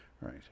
right